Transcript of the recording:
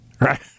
right